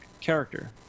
character